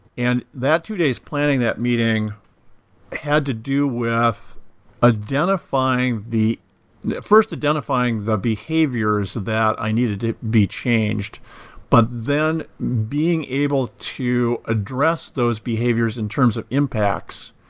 and that two days planning that meeting had to do with identifying the first identifying the behaviors that i needed to be changed but then being able to address those behaviors in terms of impacts.